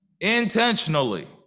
intentionally